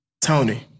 Tony